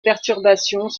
perturbations